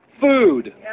food